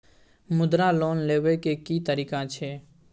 मुद्रा लोन लेबै के की तरीका छै?